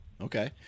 okay